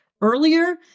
earlier